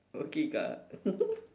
okay ka